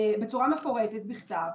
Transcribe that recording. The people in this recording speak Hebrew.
בצורה מפורטת ובכתב,